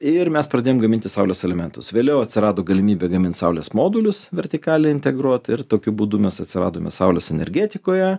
ir mes pradėjom gaminti saulės elementus vėliau atsirado galimybė gamint saulės modulius vertikaliai integruot ir tokiu būdu mes atsiradome saulės energetikoje